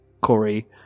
Corey